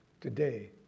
Today